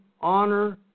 honor